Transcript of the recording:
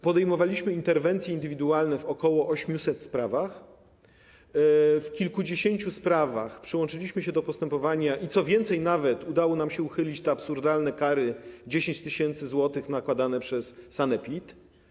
Podejmowaliśmy interwencje indywidualne w ok. 800 sprawach, w kilkudziesięciu sprawach przyłączyliśmy się do postępowania i, co więcej, nawet udało nam się uchylić te absurdalne kary 10 tys. zł nakładane przez sanepid.